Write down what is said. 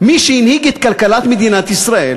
מי שהנהיג את כלכלת מדינת ישראל